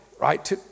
right